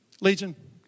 Legion